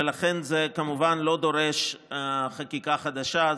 ולכן זה כמובן לא דורש חקיקה חדשה,